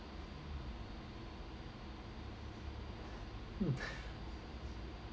hmm